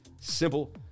simple